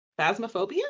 phasmophobia